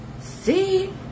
See